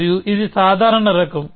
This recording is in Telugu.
మరియు ఇది సాధారణ రకం